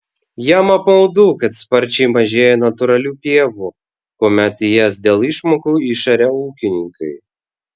jam apmaudu kad sparčiai mažėja natūralių pievų kuomet jas dėl išmokų išaria ūkininkai